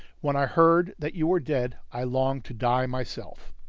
when i heard that you were dead, i longed to die myself.